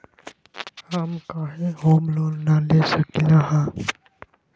हम काहे home loan न ले सकली ह?